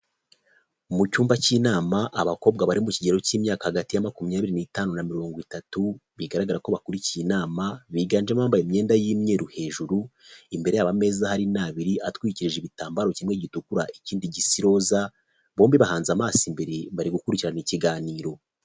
Mu cyumba cy'inama, abakobwa bari mu kigero cy'imyaka hagati ya makumyabiri n'itanu na mirongo itatu, bigaragara ko bakurikiye inama, biganjemo bambaye imyenda y'imyeru hejuru, imbere yabo ameza hari n'abiri, atwikije ibitambaro kimwe gitukura, ikindi gisa iroza, bombi bahanze amaso imbere bari gukurikirana ikiganiro.